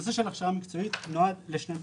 נושא של הכשרה מקצועית נועד לשני דברים.